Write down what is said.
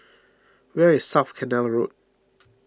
where is South Canal Road